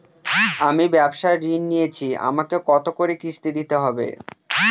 আমি ব্যবসার ঋণ নিয়েছি আমাকে কত করে কিস্তি দিতে হবে?